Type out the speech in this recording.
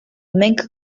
mink